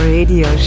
Radio